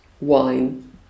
wine